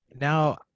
now